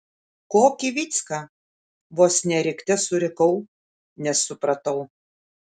kokį vycka vos ne rikte surikau nes supratau